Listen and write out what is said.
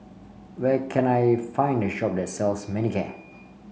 where can I find a shop that sells Manicare